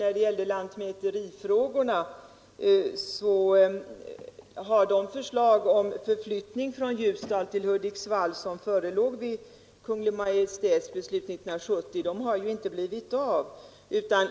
När det gäller lantmäterifrågorna har de förslag om förflyttning från Ljusdal till Hudiksvall som förelåg vid Kungl. Maj:ts beslut 1970 inte förverkligats.